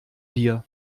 dir